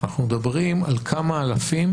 אנחנו מדברים על כמה אלפים